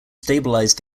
stabilised